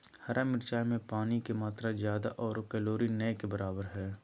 हरा मिरचाय में पानी के मात्रा ज्यादा आरो कैलोरी नय के बराबर हइ